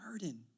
burden